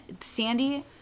Sandy